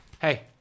Hey